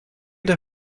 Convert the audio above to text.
der